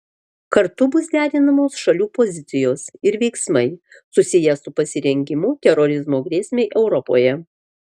kartu bus derinamos šalių pozicijos ir veiksmai susiję su pasirengimu terorizmo grėsmei europoje